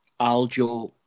Aljo